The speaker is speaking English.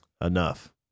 Enough